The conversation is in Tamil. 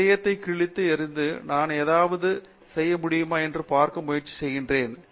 இதயத்தைக் கிழித்து எறிந்து நான் ஏதாவது செய்ய முடியுமா என்று பார்க்க முயற்சி செய்கிறேன்